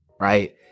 right